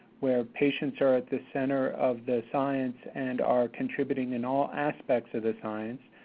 where patients are at the center of the science, and are contributing in all aspects of the science,